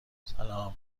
سلام